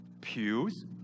pews